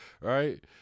right